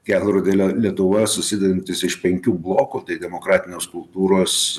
kelrodė lie lietuva susidedantis iš penkių blokų tai demokratinės kultūros